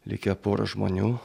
likę pora žmonių